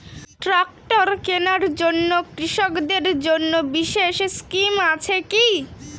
Tractor কেনার জন্য কৃষকদের জন্য বিশেষ স্কিম আছে কি?